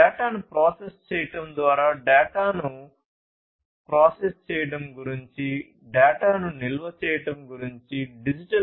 డేటాను ప్రాసెస్ చేయడం ద్వారా డేటాను ప్రాసెస్ మాట్లాడుతాయి